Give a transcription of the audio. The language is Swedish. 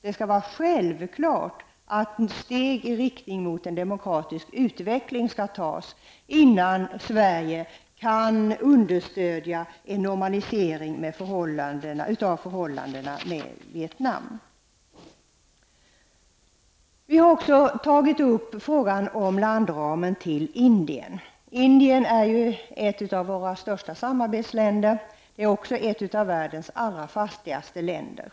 Det skall vara en självklarhet att steg i riktning mot en demokratisk utveckling skall tas innan Sverige kan understödja arbetet med en normalisering av förhållandena när det gäller Vidare gäller det frågan om landramen beträffande Indien. Indien är ju ett av våra största samarbetsländer. Men Indien är också ett av världens allra fattigaste länder.